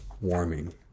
warming